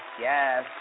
yes